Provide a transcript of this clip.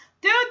Dude